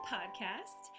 Podcast